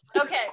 okay